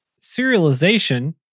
serialization